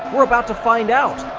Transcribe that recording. we're about to find out!